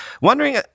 wondering